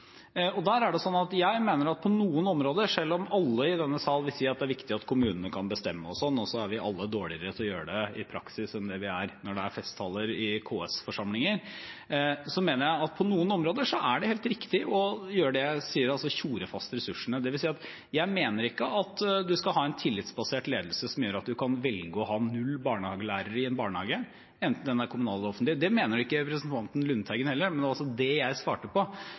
Der mener jeg at på noen områder – selv om alle i denne sal vil si at det er viktig at kommunene kan bestemme og slikt, og så er vi alle dårligere til å gjøre det i praksis enn det vi er når det er festtaler i KS-forsamlinger – er det helt riktig å gjøre det jeg sier, altså tjore fast ressursene. Det vil si at jeg ikke mener at man skal ha en tillitsbasert ledelse som gjør at man kan velge å ha null barnehagelærere i en barnehage, enten den er kommunal eller offentlig. Det mener ikke representanten Lundteigen heller, men det var altså det jeg svarte på.